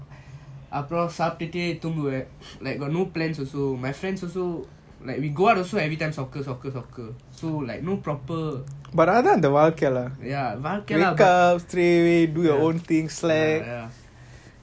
அப்புறம் சாப்டுட்டு தூங்குவான்:apram saptutu thunguvan like got no plans also my friends also like we go out also everytime soccer soccer soccer so like no proper ya வாழ்க்கைல:vazhkaila